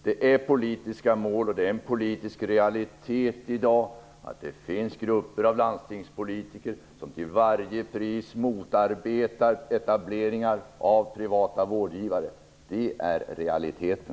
Det är politiska mål, och det är en politisk realitet i dag att det finns grupper av landstingspolitiker som till varje pris motarbetar etableringar av privata vårdgivare. Det är realiteten.